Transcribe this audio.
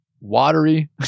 watery